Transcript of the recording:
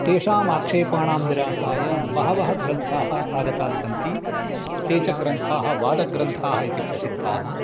तेषाम् आक्षेपाणां निरासाय बहवः ग्रन्थाः आगतास्सन्ति ते च ग्रन्थाः वादग्रन्थाः इति प्रसिद्धाः